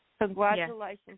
Congratulations